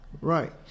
Right